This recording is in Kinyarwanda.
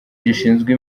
gishinzwe